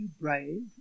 brave